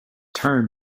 term